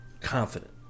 confident